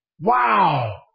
Wow